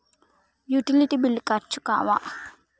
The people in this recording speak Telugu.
యుటిలిటీ బిల్లులు ఖర్చు కావా?